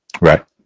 Right